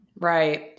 Right